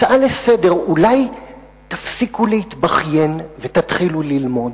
הצעה לסדר: אולי תפסיקו להתבכיין ותתחילו ללמוד?